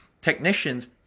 Technicians